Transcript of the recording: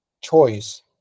choice